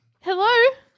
Hello